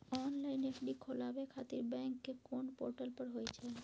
Online FD खोलाबय खातिर bank के कोन पोर्टल पर होए छै?